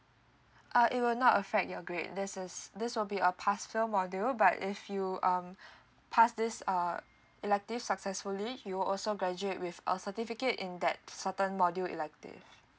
uh it will not affect your grade there's a this will be a pass fail module but if you um pass this uh elective successfully you'll also graduate with a certificate in that certain module elective